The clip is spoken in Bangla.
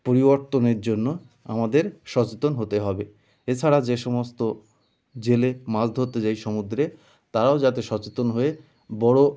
পরিবর্তনের জন্য আমাদের সচেতন হতে হবে এছাড়া যে সমস্ত জেলে মাছ ধরতে যায় সমুদ্রে তারাও যাতে সচেতন হয়ে বড়